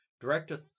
Director